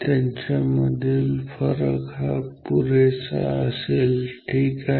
त्यांच्या मधील फरक हा पुरेसा असेल ठीक आहे